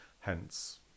Hence